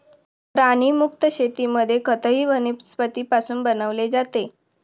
प्राणीमुक्त शेतीमध्ये खतही वनस्पतींपासून बनवले जाते